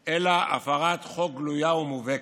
אלא: הפרת חוק גלויה ומובהקת,